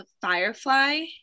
Firefly